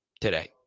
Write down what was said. today